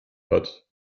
hat